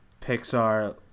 pixar